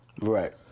Right